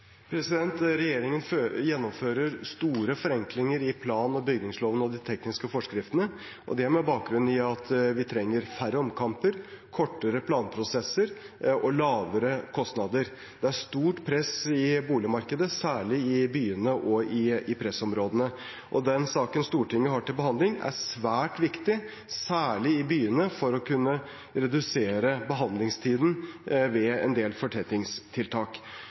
gjennomfører store forenklinger i plan- og bygningsloven og de tekniske forskriftene, og det er med bakgrunn i at vi trenger færre omkamper, kortere planprosesser og lavere kostnader. Det er stort press i boligmarkedet, særlig i byene og i pressområdene. Den saken Stortinget har til behandling, er svært viktig, særlig i byene, for å kunne redusere behandlingstiden ved en del fortettingstiltak.